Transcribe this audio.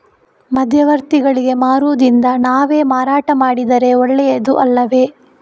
ಮಧ್ಯವರ್ತಿಗಳಿಗೆ ಮಾರುವುದಿಂದ ನಾವೇ ಮಾರಾಟ ಮಾಡಿದರೆ ಒಳ್ಳೆಯದು ಅಲ್ಲವೇ?